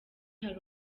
hari